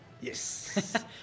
yes